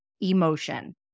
emotion